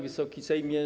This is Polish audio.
Wysoki Sejmie!